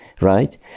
right